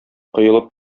коелып